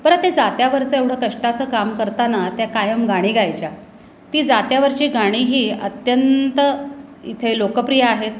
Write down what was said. परत ते जात्यावरचं एवढं कष्टाचं काम करताना त्या कायम गाणी गायच्या ती जात्यावरची गाणी ही अत्यंत इथे लोकप्रिय आहेत